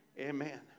Amen